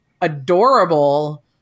adorable